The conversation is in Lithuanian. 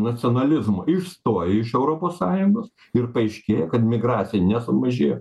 nacionalizmo išstojo iš europos sąjungos ir paaiškėjo kad migracija nesumažėjo